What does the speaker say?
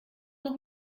noch